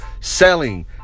selling